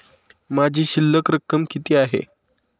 माझी शिल्लक रक्कम किती आहे?